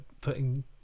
putting